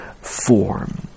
form